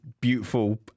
beautiful